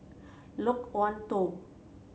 Loke Wan Tho